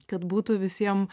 kad būtų visiem